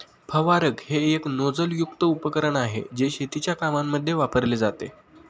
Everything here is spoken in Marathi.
फवारक हे एक नोझल युक्त उपकरण आहे, जे शेतीच्या कामांमध्ये वापरले जाते